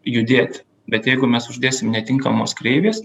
judėti bet jeigu mes uždėsim netinkamos kreivės